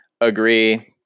agree